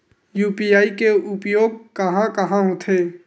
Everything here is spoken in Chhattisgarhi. यू.पी.आई के उपयोग कहां कहा होथे?